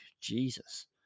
Jesus